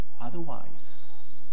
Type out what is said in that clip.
otherwise